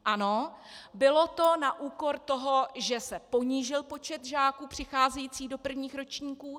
Ano, bylo to na úkor toho, že se ponížil počet žáků přicházejících do prvních ročníků.